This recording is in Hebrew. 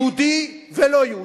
יהודי ולא-יהודי,